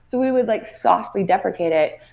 so we would like softly deprecate it.